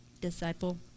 disciple